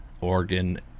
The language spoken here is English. Oregon